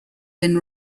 been